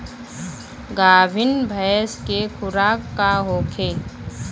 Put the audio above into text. गाभिन भैंस के खुराक का होखे?